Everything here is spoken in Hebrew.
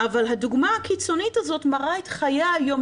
אבל הדוגמה הקיצונית הזאת מראה את חיי היום